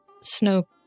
Snow